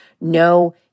No